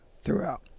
throughout